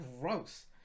gross